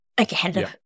Okay